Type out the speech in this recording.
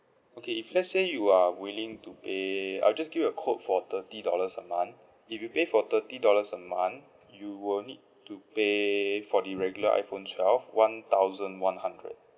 okay if let's say you are willing to pay I'll just give you a quote for thirty dollars a month if you pay for thirty dollars a month you will need to pay for the regular iPhone twelve one thousand one hundred